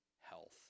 health